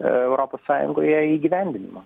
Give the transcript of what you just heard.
europos sąjungoje įgyvendinimą